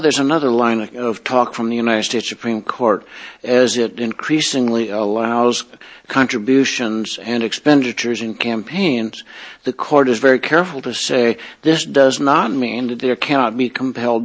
there's another line of talk from the united states supreme court as it increasingly allows contributions and expenditures in campaigns the court is very careful to say this does not mean that there cannot be compelled